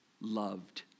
loved